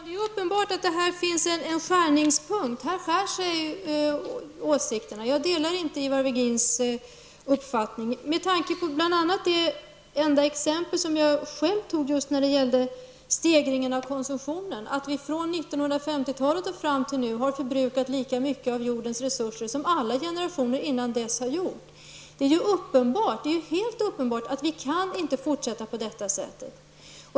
Fru talman! Det är uppenbart att här finns en skärningspunkt. Här skär sig åsikterna. Jag delar inte Ivar Virgins uppfattning. Med hänvisning till det enda exempel som jag själv gav just när det gäller stegringen av konsumtionen, att vi från 1950-talet och fram till nu har förbrukat lika mycket av jordens resurser som alla generationer dessförinnan har gjort, vill jag betona att det är helt uppenbart att vi inte kan fortsätta på detta sätt.